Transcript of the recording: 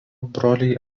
broliai